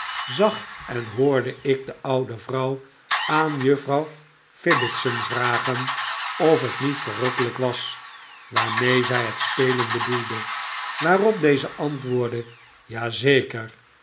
zag en hoorde ik de oude vrouw aan juffrouw fibbitson vragen of het niet verrukkelijk was waarmee zij het spelen bedoelde waarop deze antwoordde